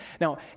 Now